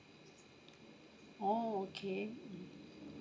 oh okay mm